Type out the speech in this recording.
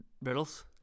Riddles